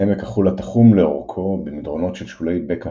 עמק החולה תחום לאורכו במדרונות של שולי בקע